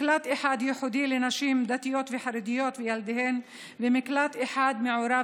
מקלט אחד ייעודי לנשים דתיות וחרדיות וילדיהן ומקלט אחד מעורב,